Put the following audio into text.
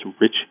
rich